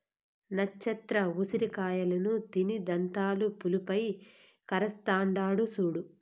నచ్చత్ర ఉసిరి కాయలను తిని దంతాలు పులుపై కరస్తాండాడు సూడు